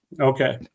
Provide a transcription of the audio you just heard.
Okay